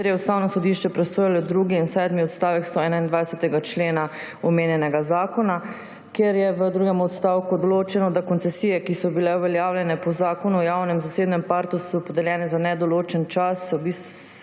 kjer je Ustavno sodišče presojalo drugi in sedmi odstavek 121. člena omejenega Zakona, kjer je v drugem odstavku določeno, da se koncesije, ki so bile uveljavljene po Zakonu o javno-zasebnem partnerstvu, podeljene za nedoločen čas,